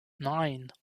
nine